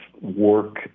work